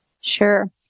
Sure